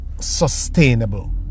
sustainable